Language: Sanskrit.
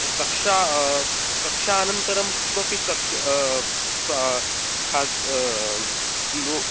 कक्षा कक्षानन्तरं कापि कक्षा खा लो